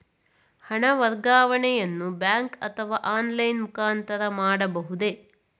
ಹಣ ವರ್ಗಾವಣೆಯನ್ನು ಬ್ಯಾಂಕ್ ಅಥವಾ ಆನ್ಲೈನ್ ಮುಖಾಂತರ ಮಾಡಬಹುದೇ?